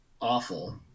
awful